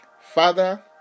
Father